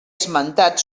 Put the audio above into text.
esmentat